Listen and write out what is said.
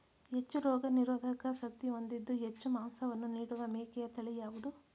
ಹೆಚ್ಚು ರೋಗನಿರೋಧಕ ಶಕ್ತಿ ಹೊಂದಿದ್ದು ಹೆಚ್ಚು ಮಾಂಸವನ್ನು ನೀಡುವ ಮೇಕೆಯ ತಳಿ ಯಾವುದು?